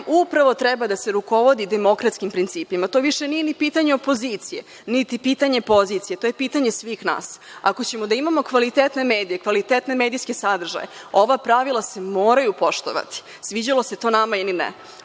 upravo treba da se rukovodi demokratskim principima. To više nije ni pitanje opozicije, niti pitanje pozicije, to je pitanje svih nas. Ako ćemo da imamo kvalitetne medije, kvalitetne medijske sadržaje, ova pravila se moraju poštovati, sviđalo se to nama ili ne.